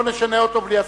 לא נשנה אותו בלי הסכמתך.